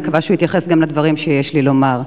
מקווה שהוא יתייחס גם לדברים שיש לי לומר.